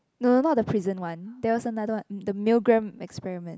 no no not the prison one there was another one the Milgram experiment